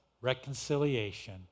reconciliation